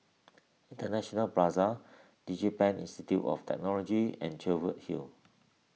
International Plaza DigiPen Institute of Technology and Cheviot Hill